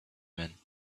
men